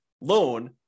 loan